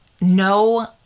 no